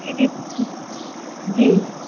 جی جی جی جی جی